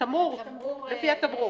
לפי התמרור.